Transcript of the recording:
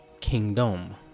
kingdom